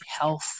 health